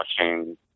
watching